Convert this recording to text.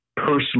personal